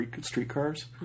streetcars